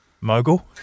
Mogul